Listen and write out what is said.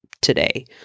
today